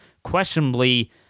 questionably